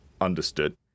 understood